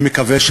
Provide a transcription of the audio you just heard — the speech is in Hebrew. אני מקווה,